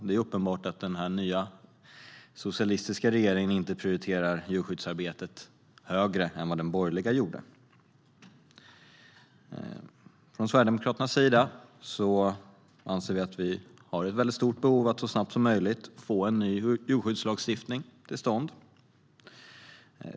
Det är uppenbart att den här nya socialistiska regeringen inte prioriterar djurskyddsarbetet högre än vad den borgerliga regeringen gjorde. Från Sverigedemokraternas sida anser vi att det finns ett mycket stort behov av att så snabbt som möjligt få en ny djurskyddslagstiftning till stånd.